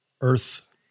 earth